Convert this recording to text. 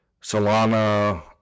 Solana